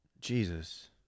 Jesus